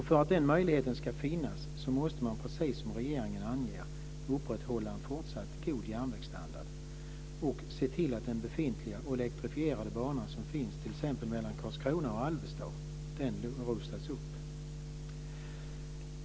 För att den möjligheten ska finnas måste man, precis som regeringen anger, "upprätthålla en fortsatt god järnvägsstandard" och se till att den befintliga och elektrifierade bana som finns mellan Karlskrona och Alvesta rustas upp.